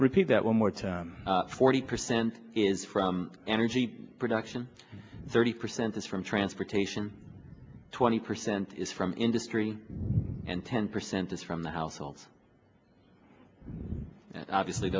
repeat that one more it's forty percent is from energy production thirty percent is from transportation twenty percent is from industry and ten percent is from the households obviously